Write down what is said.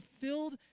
filled